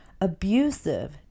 abusive